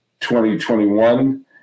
2021